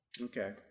okay